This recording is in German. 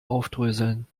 aufdröseln